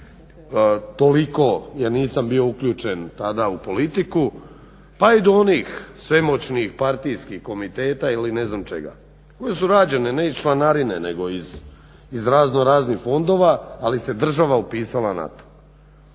toliko jer nisam bio uključen tada u politiku. Pa i do onih svemoćnih partijskih komiteta ili ne znam čega. One su rađene ne iz članarine nego iz raznoraznih fondova ali se država upisala na to.